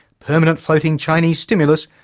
permanent floating chinese stimulus,